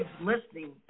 listening